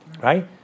Right